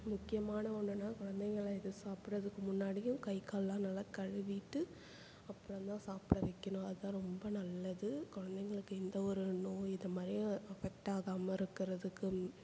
முக்கியமான ஒன்றுன்னா குழந்தைங்கள்லாம் எது சாப்பிட்றதுக்கு முன்னாடியும் கை கால்லாம் நல்லா கழுவிட்டு அப்புறந்தான் சாப்பிட வைக்கணும் அதுதான் ரொம்ப நல்லது குழந்தைங்களுக்கு எந்தவொரு நோய் இதுமாதிரி அஃபெக்ட் ஆகாமல் இருக்கிறதுக்கும்